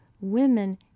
Women